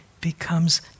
becomes